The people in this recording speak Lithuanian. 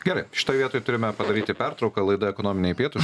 gerai šitoj vietoj turime padaryti pertrauką laida ekonominiai pietūs